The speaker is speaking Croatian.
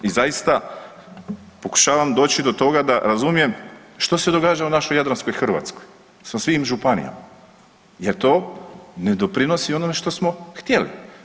I zaista pokušavam doći do toga da razumijem što se događa u našoj jadranskoj Hrvatskoj sa svim županijama, jer to ne doprinosi onome što smo htjeli.